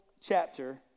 chapter